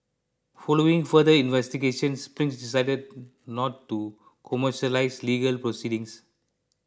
following further investigations Spring decided not to commercialize legal proceedings